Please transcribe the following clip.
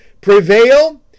prevail